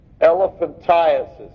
elephantiasis